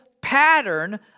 pattern